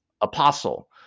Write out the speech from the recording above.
apostle